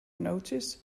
notice